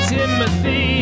Timothy